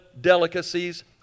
delicacies